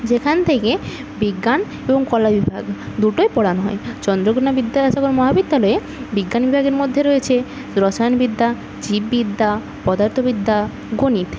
যেখান থেকে বিজ্ঞান এবং কলা বিভাগ দুটোই পড়ানো হয় চন্দ্রকোণা বিদ্যাসাগর মহাবিদ্যালয়ের বিজ্ঞান বিভাগের মধ্যে রয়েছে রসায়নবিদ্যা জীববিদ্যা পদার্থবিদ্যা গণিত